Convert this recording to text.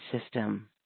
system